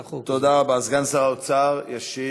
אני באופן אישי